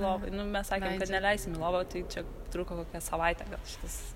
lovoj nu mes sakėm kad neleisim į lovą tai čia truko kokią savaitę gal šitas